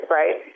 right